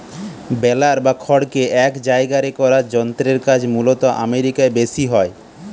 বেলার বা খড়কে এক জায়গারে করার যন্ত্রের কাজ মূলতঃ আমেরিকায় বেশি হয়